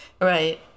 Right